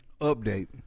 Update